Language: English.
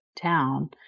town